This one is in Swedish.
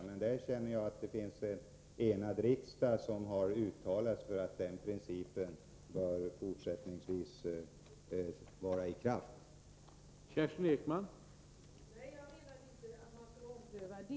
I så fall känner jag mig lugn, eftersom en enig riksdag har uttalat sig för att principen att av djurskyddsskäl förbjuda koscherslakt fortsättningsvis bör gälla.